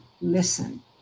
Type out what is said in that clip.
listen